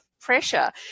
pressure